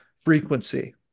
frequency